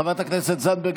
חברת הכנסת זנדברג,